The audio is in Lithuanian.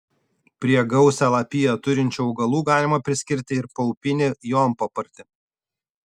prie gausią lapiją turinčių augalų galima priskirti ir paupinį jonpapartį